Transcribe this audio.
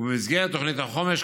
ובמסגרת תוכנית החומש,